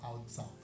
outside